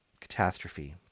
catastrophe